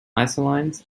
isolines